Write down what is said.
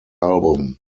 album